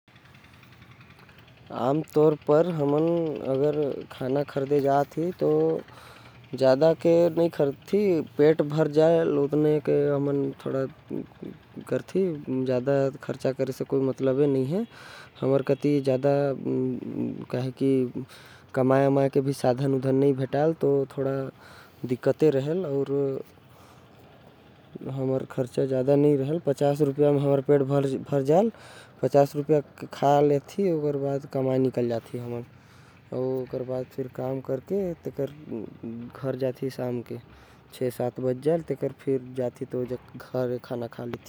हमन खाना खरीदे जाथि तो ज्यादा के नही खरीदती। ओतने लेथि जितना म पेट भर जाये। काबर की ज्यादा खर्चा करे भी सही नही हवे। ओ हमर आमदनी भी उतने नही हवे। ज्यादा नही हमन पचास रुपये के खाना खाथि। ओकर बाद हमन काम म निकल जाथि। पचास रुपिया म हमर काम हो जाथे।